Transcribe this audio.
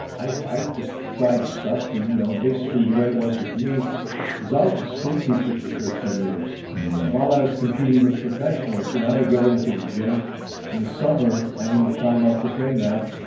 i i just tried stuff and you know and basically the way it was with me is i was a school teacher for thirteen years while i was competing with professionals, and i would go into the gym in the summer having time off to train now,